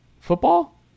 Football